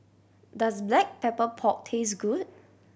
does Black Pepper Pork taste good